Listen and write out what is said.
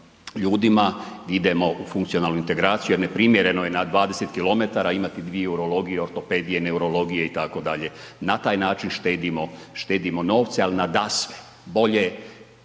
ljudima, idemo u funkcionalnu integraciju jer neprimjereno je na 20 kilometara imati dvije urologije, ortopedije, neurologije itd., na taj način štedimo, štedimo novce, ali nadasve bolje